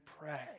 pray